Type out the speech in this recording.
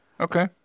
Okay